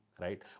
right